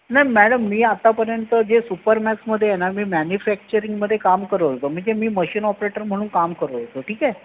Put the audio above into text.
नाही मॅडम मी आत्तापर्यंत जे सुपरमॅक्समध्ये आहे ना मी मॅन्युफॅक्चरिंगमध्ये काम करत होतो मी ते मी मशीन ऑपरेटर म्हणून काम करत होतो ठीक आहे